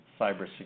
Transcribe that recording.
cybersecurity